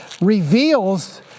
reveals